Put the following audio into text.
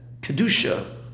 Kedusha